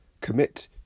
commit